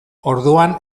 orduan